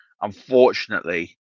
unfortunately